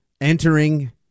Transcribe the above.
entering